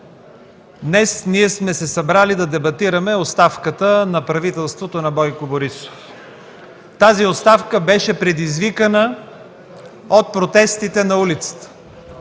Днес сме се събрали да дебатираме оставката на правителството на Бойко Борисов. Тази оставка беше предизвикана от протестите на улицата.